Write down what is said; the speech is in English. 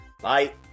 Bye